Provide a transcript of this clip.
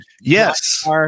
Yes